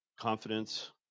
confidence